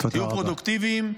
תהיו פרודוקטיביים,